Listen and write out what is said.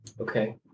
Okay